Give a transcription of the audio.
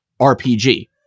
rpg